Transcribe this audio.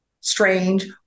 strange